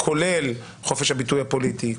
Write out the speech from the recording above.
כולל חופש הביטוי הפוליטי,